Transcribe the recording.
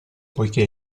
poiché